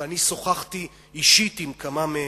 ואני שוחחתי אישית עם כמה מהם,